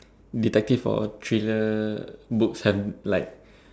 detective or thriller books have like